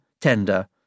tender